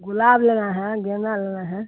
गुलाब लेना है गेन्दा लेना है